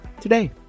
today